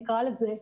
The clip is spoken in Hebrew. נקרא לזה,